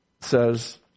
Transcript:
says